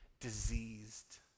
diseased